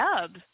dub